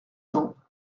cents